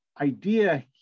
idea